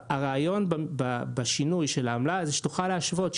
הרעיון בשינוי של העמלה זה שתוכל להשוות,